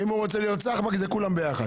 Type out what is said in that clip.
ואם הוא רוצה להיות סחבק זה כולם ביחד.